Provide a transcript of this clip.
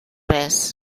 res